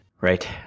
Right